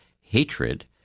hatred